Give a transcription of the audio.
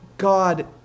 God